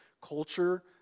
culture